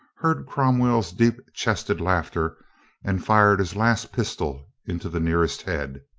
heard cromwell's deep chested laughter and fired his last pistol into the nearest head.